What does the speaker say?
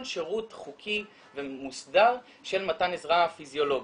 או כל שירות חוקי ומוסדר של מתן עזרה פיזיולוגית.